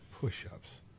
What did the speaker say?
Push-ups